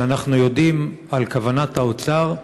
שאנחנו יודעים על כוונת האוצר,